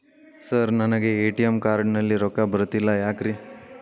Sir ನನಗೆ ATM card ನಲ್ಲಿ ರೊಕ್ಕ ಬರತಿಲ್ಲ ಯಾಕ್ರೇ?